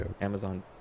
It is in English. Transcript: Amazon